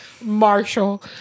marshall